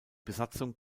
besatzung